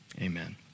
amen